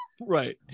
Right